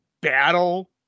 battle